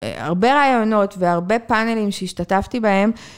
הרבה ראיונות והרבה פאנלים שהשתתפתי בהם,